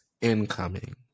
incoming